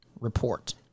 Report